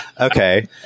Okay